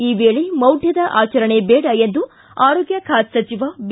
ಈ ವೇಳೆ ಮೌಢ್ವದ ಆಚರಣೆ ಬೇಡ ಎಂದು ಆರೋಗ್ಯ ಖಾತೆ ಸಚಿವ ಬಿ